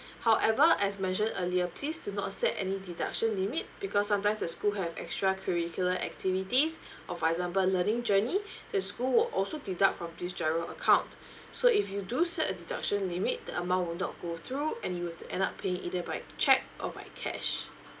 however as mentioned earlier please do not set any deduction limit because sometimes the school have extra curricular activities or for example learning journey the school will also deduct from this giro account so if you do set a deduction limit the amount will not go through and you were to end up paying either by cheque or by cash